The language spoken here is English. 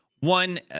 one